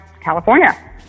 California